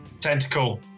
tentacle